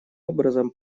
образом